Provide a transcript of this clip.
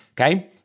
Okay